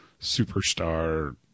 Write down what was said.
superstar